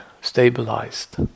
stabilized